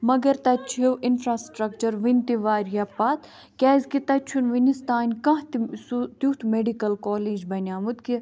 مگر تَتہِ چھِ اِنفرٛاسٹرکچَر وُنہِ تہِ واریاہ پَتھ کیازِکہِ تَتہِ چھُنہٕ وُنِس تانۍ کانٛہہ تہِ سُہ تیُتھ میٚڈِکَل کالج بَنیاومُت کہِ